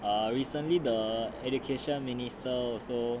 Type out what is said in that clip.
err recently the education minister also